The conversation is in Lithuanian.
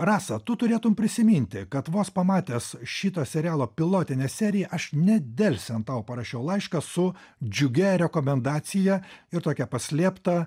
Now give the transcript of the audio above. rasa tu turėtum prisiminti kad vos pamatęs šito serialo pilotinę seriją aš nedelsiant tau parašiau laišką su džiugia rekomendacija ir tokia paslėpta